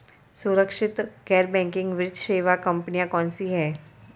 सुरक्षित गैर बैंकिंग वित्त सेवा कंपनियां कौनसी हैं?